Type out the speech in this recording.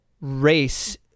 race